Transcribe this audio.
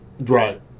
Right